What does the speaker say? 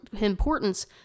importance